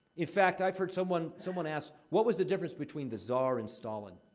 in fact, i've heard someone someone asked, what was the difference between the czar and stalin?